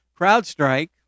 CrowdStrike